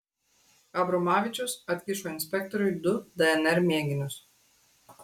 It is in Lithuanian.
abromavičius atkišo inspektoriui du dnr mėginius